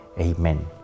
Amen